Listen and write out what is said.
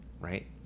right